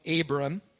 Abram